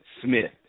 Smith